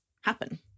happen